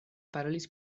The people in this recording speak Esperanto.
parolis